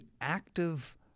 active